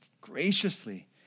graciously